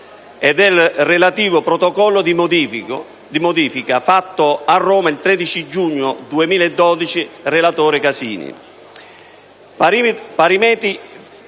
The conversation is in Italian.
e del relativo Protocollo di modifica, fatto a Roma il 13 giugno 2012, di cui il